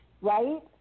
right